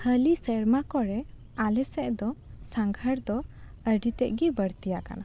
ᱦᱟᱹᱞᱤ ᱥᱮᱨᱢᱟ ᱠᱚᱨᱮ ᱟᱞᱮ ᱥᱮᱫ ᱫᱚ ᱥᱟᱸᱜᱷᱟᱨ ᱫᱚ ᱟᱹᱰᱤ ᱛᱮᱫ ᱜᱮ ᱵᱟᱹᱲᱛᱤ ᱟᱠᱟᱱᱟ